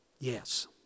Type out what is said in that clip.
Yes